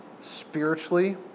spiritually